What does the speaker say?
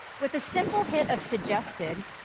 with a simple hit of suggested,